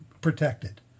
protected